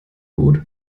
gut